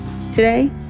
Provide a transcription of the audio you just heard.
Today